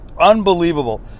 Unbelievable